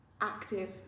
active